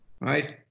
right